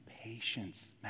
patience